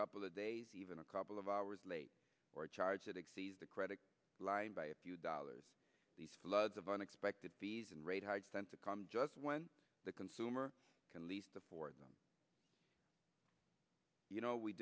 couple of days even a couple of hours late or a charge that exceeds the credit line by a few dollars these floods of unexpected fees and rate hikes sent to come just when the consumer can least afford them you know we